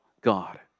God